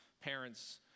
parents